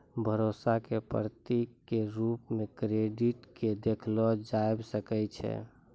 भरोसा क प्रतीक क रूप म क्रेडिट क देखलो जाबअ सकै छै